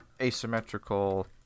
asymmetrical